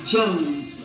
Jones